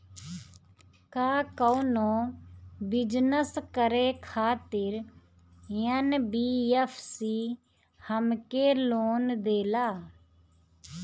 का कौनो बिजनस करे खातिर एन.बी.एफ.सी हमके लोन देला?